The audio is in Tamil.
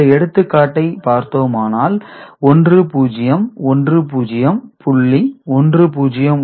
இந்த எடுத்துக்காட்டை பார்த்தோமானால் 1 0 1 0